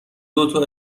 دوتا